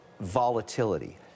volatility